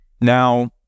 Now